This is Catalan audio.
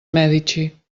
medici